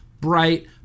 bright